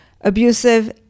abusive